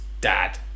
dad